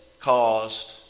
caused